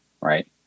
right